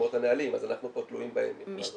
וללמוד את הנהלים אז אנחנו פה תלויים בהם מהבחינה הזאת.